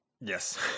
yes